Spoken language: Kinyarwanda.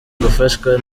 gufashwa